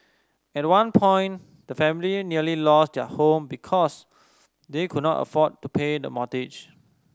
at one point the family nearly lost their home because they could not afford to pay the mortgage